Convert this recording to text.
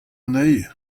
anezhi